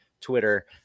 Twitter